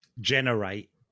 generate